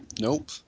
Nope